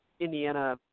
Indiana